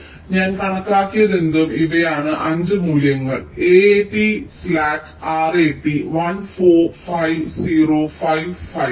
അതിനാൽ ഞാൻ കണക്കാക്കിയതെന്തും ഇവയാണ് 5 മൂല്യങ്ങൾ AAT സ്ലാക്ക് RAT 1 4 5 0 5 5